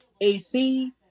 AC